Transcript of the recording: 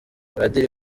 padiri